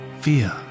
fear